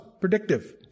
predictive